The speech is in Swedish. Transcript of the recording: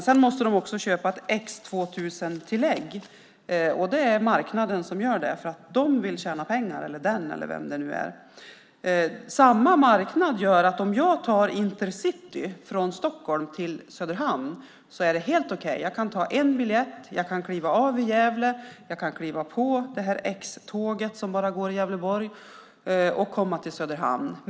Sedan måste de köpa ett X 2000-tillägg. Det är marknaden som vill det, för marknaden vill tjäna pengar. Samma marknad gör att om jag tar ett Intercitytåg från Stockholm till Söderhamn är det helt okej med en biljett. Jag kan kliva av i Gävle, jag kan kliva på X-tåget som går i Gävleborg och komma till Söderhamn.